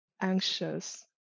anxious